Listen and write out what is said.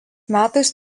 metais